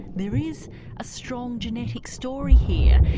there is a strong genetic story here.